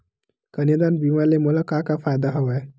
कन्यादान बीमा ले मोला का का फ़ायदा हवय?